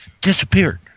disappeared